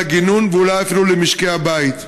לגינון ואולי אפילו למשקי הבית.